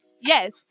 yes